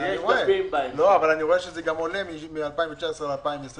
אני רואה שזה עולה מ-2019 ל-2020.